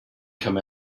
come